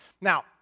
Now